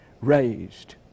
raised